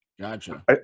Gotcha